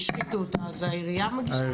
העירייה מגישה?